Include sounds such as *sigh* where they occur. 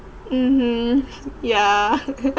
mmhmm yeah *laughs*